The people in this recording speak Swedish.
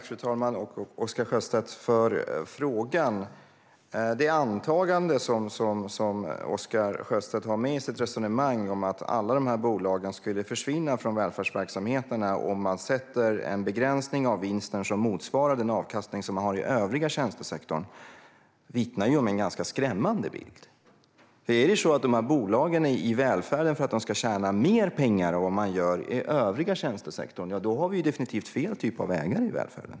Fru talman! Jag vill tacka Oscar Sjöstedt för frågan. Oscar Sjöstedts antagande att alla de här bolagen skulle försvinna från välfärdsverksamheterna om det sätts en begränsning av vinsten motsvarande den avkastningen i övriga tjänstesektorn vittnar om en ganska skrämmande bild. Om de här bolagen är i välfärden för att tjäna mer pengar än man gör i övriga tjänstesektorn har vi definitivt fel typ av ägare i välfärden.